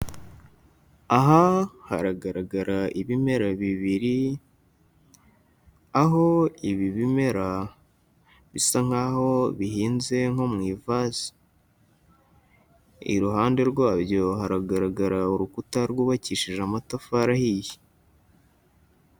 Aha haragaragara ibimera bibiri, aho ibi bimera bisa nkaho bihinze nko mu ivazi, iruhande rwabyo haragaragara urukuta rwubakishije amatafari ahiye.